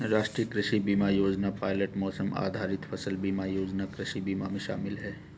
राष्ट्रीय कृषि बीमा योजना पायलट मौसम आधारित फसल बीमा योजना कृषि बीमा में शामिल है